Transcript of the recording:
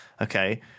okay